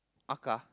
Aka